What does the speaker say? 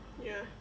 ya